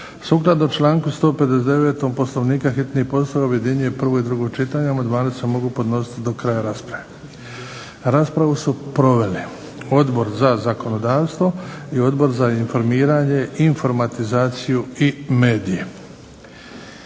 Sukladno članku 159. Poslovnika hitni postupak objedinjuje prvo i drugo čitanje. Amandmani se mogu podnositi do kraja rasprave. Raspravu su proveli Odbor za zakonodavstvo, i Odbor za informiranje, informatizaciju i medije.